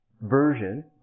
version